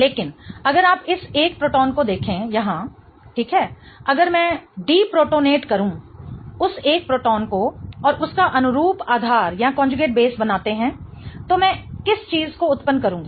लेकिन अगर आप इस एक प्रोटोन को देखें यहां ठीक है अगर मैं डीप्रोटोनेट करूं उस एक प्रोटॉन को और उसका अनुरूप आधार बनाते हैं तो मैं किस चीज को उत्पन्न करूंगी